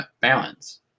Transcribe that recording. balance